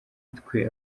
twe